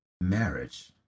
marriage